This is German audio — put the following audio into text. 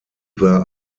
war